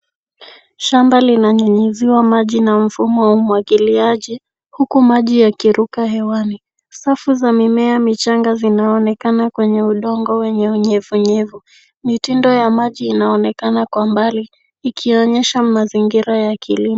Shamba linanyunyiziwa maji na mfumo wa umwagiliaji huku maji yakiruka hewani. Safu za mimea michanga zinaonekana kwenye udongo wenye unyevunyevu. Mitindo ya maji inaonekana kwa mbali ikionyesha mazingira ya kilimo.